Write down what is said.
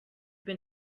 been